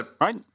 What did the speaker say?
Right